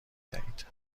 دهید